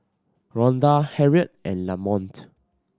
Rhonda Harriet and Lamonte